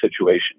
situation